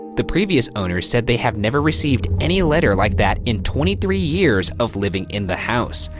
the previous owners said they have never received any letter like that in twenty three years of living in the house,